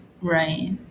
Right